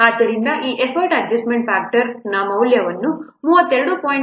ಆದ್ದರಿಂದ ಈ effort adjustment factor Adjustment Factor ಮೌಲ್ಯವನ್ನು 32